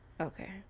Okay